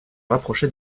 rapprocher